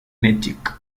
magnetic